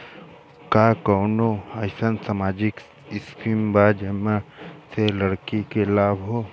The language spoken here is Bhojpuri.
का कौनौ अईसन सामाजिक स्किम बा जौने से लड़की के लाभ हो?